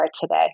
today